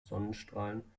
sonnenstrahlen